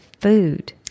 food